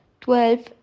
Twelve